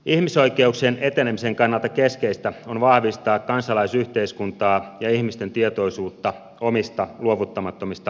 ihmisoikeuksien etenemisen kannalta keskeistä on vahvistaa kansalaisyhteiskuntaa ja ihmisten tietoisuutta omista luovuttamattomista oikeuksistaan